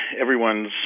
everyone's